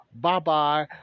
Bye-bye